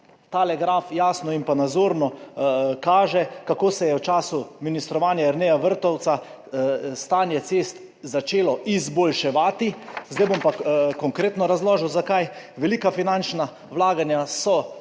Tale graf jasno in nazorno kaže, kako se je v času ministrovanja Jerneja Vrtovca stanje cest začelo izboljševati. Zdaj bom pa konkretno razložil, zakaj. Velika finančna vlaganja so